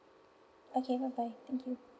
okay bye bye thank you